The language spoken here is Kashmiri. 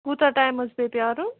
کوٗتاہ ٹایمَس پیٚیہِ پرٛارُن